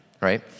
right